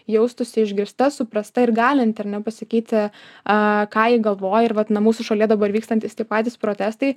jaustųsi išgirsta suprasta ir galinti ar nepasikeitė a ką ji galvoja ir vat na mūsų šalyje dabar vykstantys tik patys protestai